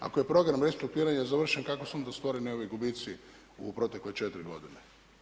Ako je program restrukturiranja završen, kako su onda stvoreni ovi gubici u protekle 4 godine?